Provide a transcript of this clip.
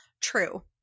true